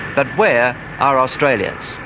but where are australia's?